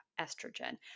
estrogen